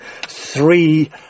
three